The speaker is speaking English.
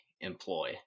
employ